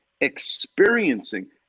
experiencing